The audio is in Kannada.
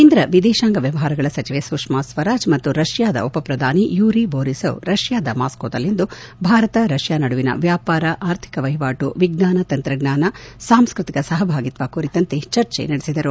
ಕೇಂದ್ರ ವಿದೇಶಾಂಗ ವ್ಹವಹಾರಗಳ ಸಚಿವೆ ಸುಷ್ನಾ ಸ್ವರಾಜ್ ಮತ್ತು ರಷ್ನಾದ ಉಪ ಪ್ರಧಾನಿ ಯೂರಿ ಬೋರಿಸೌ ರಷ್ಠಾದ ಮಾಸ್ಕೋದಲ್ಲಿಂದು ಭಾರತ ರಷ್ಠಾ ನಡುವಿನ ವ್ಯಾಪಾರ ಆರ್ಥಿಕ ವಹಿವಾಟು ವಿಜ್ವಾನ ತಂತ್ರಜ್ವಾನ ಸಾಂಸ್ತತಿಕ ಸಹಭಾಗಿತ್ನ ಕುರಿತಂತೆ ಚರ್ಚೆ ನಡೆಸಿದರು